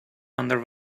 under